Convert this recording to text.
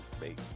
make